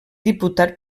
diputat